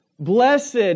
Blessed